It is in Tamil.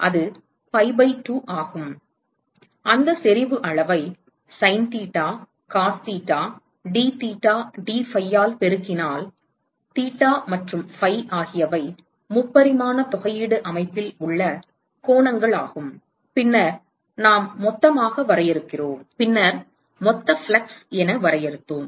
அது pi பை 2 ஆகும் அந்த செறிவு அளவை sine theta cos theta dtheta dphi ஆல் பெருக்கினால் தீட்டா மற்றும் phi ஆகியவை முப்பரிமாண தொகையீடு அமைப்பில் உள்ள கோணங்களாகும் பின்னர் நாம் மொத்தமாக வரையறுக்கிறோம் பின்னர் மொத்த ஃப்ளக்ஸ் என வரையறுத்தோம்